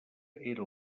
era